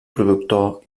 productor